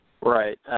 Right